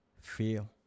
feel